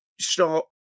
start